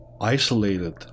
isolated